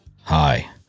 Hi